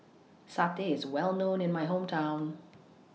Satay IS Well known in My Hometown